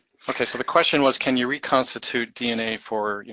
okay, so the question was can you reconstitute dna for, you